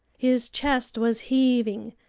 his chest was heaving,